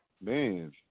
man